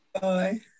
Bye